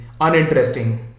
uninteresting